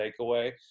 takeaway